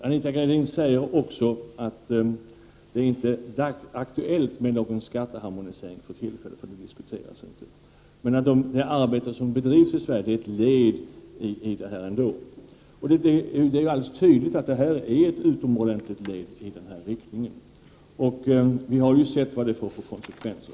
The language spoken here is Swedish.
Anita Gradin säger också att det inte är aktuellt med någon skatteharmonisering för tillfället, för det diskuteras inte, men att det arbete som bedrivs i Sverige är ett led i detta ändå. Det är alldeles tydligt att det arbete som pågår är ett steg i den riktningen, och vi har ju sett vad det får för konsekvenser.